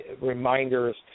reminders